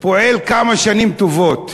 פועל כמה שנים טובות.